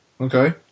Okay